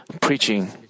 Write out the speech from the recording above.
preaching